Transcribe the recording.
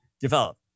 develop